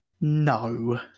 No